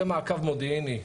זה מעקב מודיעיני,